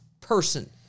person